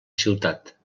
ciutat